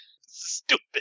Stupid